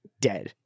dead